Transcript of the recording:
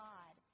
God